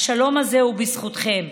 השלום הזה הוא בזכותכם.